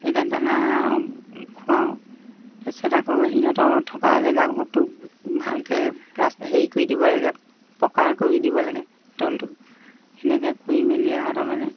এতিয়া দানা খুৱাওঁ তাৰপিছত আকৌ সিহঁতক থকা জেগাটো ভালকৈ প্লাষ্টাৰ হেৰি কৰি দিব লাগে পকাৰ কৰি দিব লাগে তলটো তেনেকৈ কৰি মেলি আৰু তাৰমানে